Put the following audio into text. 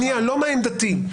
לא מה עמדתי.